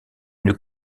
une